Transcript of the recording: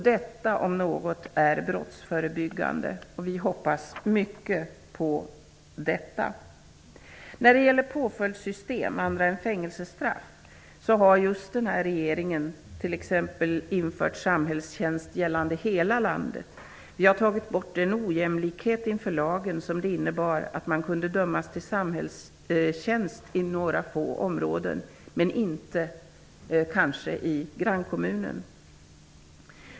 Detta, om något, är brottsförebyggande, och vi hoppas mycket på denna verksamhet. När det gäller påföljd annat än fängelsestraff har den här regeringen infört t.ex. samhällstjänst i hela landet. Vi har tagit bort den ojämlikhet inför lagen som det innebar att man kunde dömas till samhällstjänst i bara några få områden.